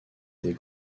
des